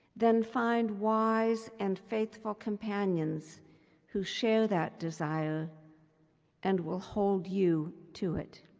then find wise and faithful companions who share that desire and will hold you to it.